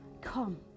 Come